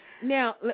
Now